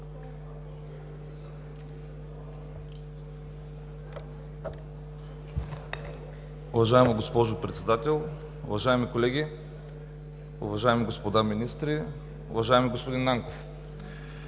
Уважаема госпожо Председател, уважаеми колеги, уважаеми господа министри, уважаеми господин Нанков!